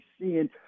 seeing